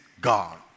God